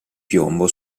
piombo